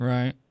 Right